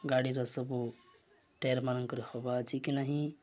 ଗାଡ଼ିର ସବୁ ଟେର୍ମାନଙ୍କ ହବା ଅଛି କି ନାହିଁ